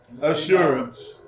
assurance